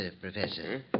Professor